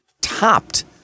topped